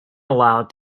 allowed